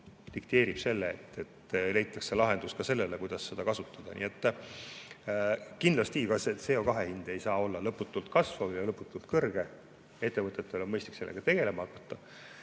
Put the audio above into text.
dikteerib selle, et leitakse lahendus ka sellele, kuidas seda kasutada. Nii et kindlasti CO2hind ei saa olla lõputult kasvav ja lõputult kõrge. Ettevõtetel on mõistlik hakata tegelema selle